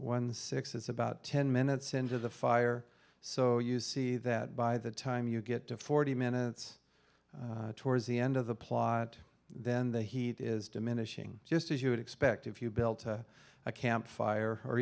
the six is about ten minutes into the fire so you see that by the time you get to forty minutes towards the end of the plot then the heat is diminishing just as you would expect if you built a campfire or